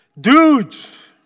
Dudes